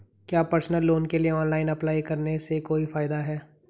क्या personal loan के लिए ऑनलाइन अप्लाई करने से कोई फायदा है?